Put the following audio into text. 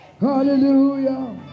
Hallelujah